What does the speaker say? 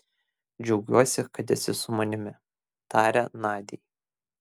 džiaugiuosi kad esi su manimi tarė nadiai